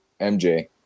MJ